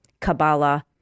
Kabbalah